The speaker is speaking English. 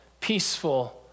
peaceful